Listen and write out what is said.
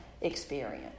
experience